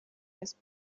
das